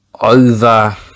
over